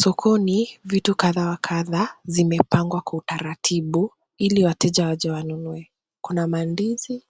Sokoni vitu kadha wa kadha zimepangwa kwa utaratibu ili wateja waje wanunue. Kuna mandizi,